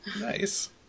Nice